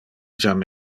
jam